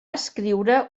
escriure